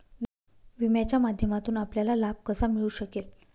विम्याच्या माध्यमातून आपल्याला लाभ कसा मिळू शकेल?